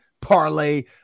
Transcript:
parlay